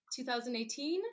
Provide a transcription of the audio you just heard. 2018